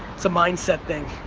it's a mindset thing.